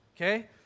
Okay